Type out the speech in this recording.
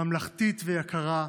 ממלכתית ויקרה,